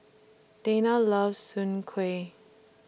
Dana loves Soon Kueh